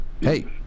Hey